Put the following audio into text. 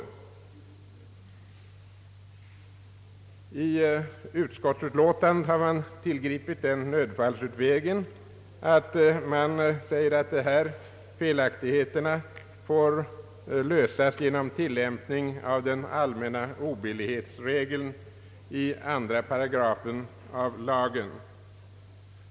I utskottsutlåtandet har man tillgripit nödfallsutvägen att säga att dessa felaktigheter får lösas genom tillämpning av den allmänna obillighetsregeln i 2 § av lagen.